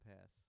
pass